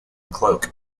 cloak